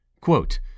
Quote